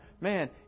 man